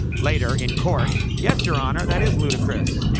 later, in court, yes, your honor, that is ludicrous.